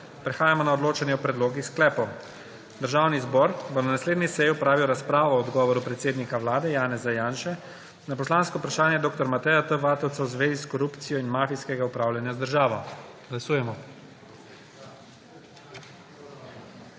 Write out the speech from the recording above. Prehajamo na odločanje o predlogih sklepov. Državni zbor bo na naslednji seji opravil razpravo o odgovoru predsednika Vlade Janeza Janše na poslansko vprašanje dr. Mateja T. Vatovca v zvezi s korupcijo in mafijskega upravljanja z državo. Glasujemo.